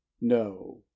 no